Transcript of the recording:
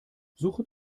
suche